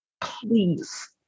Please